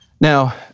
Now